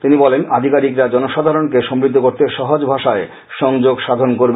তিনি বলেন আধিকারিকরা জনসাধারণকে সমৃদ্ধ করতে সহজ ভাষায় সংযোগ সাধন করবেন